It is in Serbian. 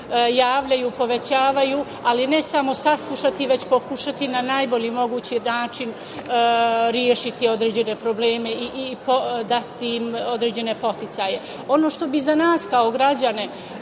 javljaju, povećavaju, ali ne samo saslušati, već pokušati na najbolji mogući način rešiti određene probleme i dati im određene podsticaje. Ono što bi za nas kao građane